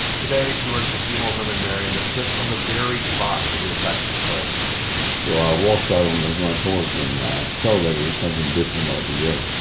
today he runs the funeral home in marion that sits on the very spot where the attack took place so i walked out on the front porch, and i saw so that it was something different altogether.